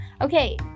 Okay